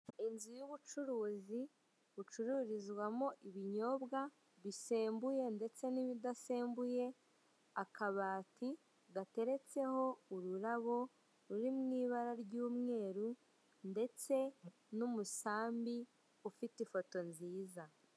Inzu y'ubucuruzi bucururizwamo ibinyobwa bisembuye ndetse n'ibidasembuye, akabati gateretse ururabo ruri mu ibara ry'umweru ndetse n'umusambi ufite ifoto nziza.